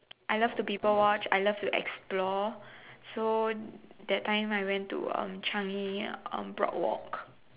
I love to people watch I love to explore so that time I went to um Changi um Broadwalk